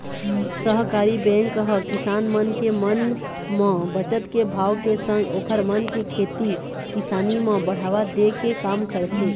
सहकारी बेंक ह किसान मन के मन म बचत के भाव के संग ओखर मन के खेती किसानी म बढ़ावा दे के काम करथे